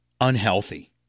unhealthy